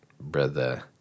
brother